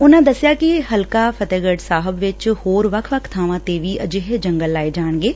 ਉਨਾਂ ਦਸਿਆ ਕਿ ਹਲਕਾ ਫਤਹਿਗੜ ਸਾਹਿਬ ਵਿਚ ਹੋਰ ਵੱਖ ਵੱਖ ਬਾਵਾਂ ਤੇ ਵੀ ਅਜਿਹੇ ਜੰਗਲ ਲਾਏ ਜਾਣਗੇ